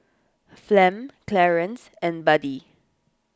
Flem Clarence and Buddie